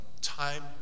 time